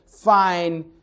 fine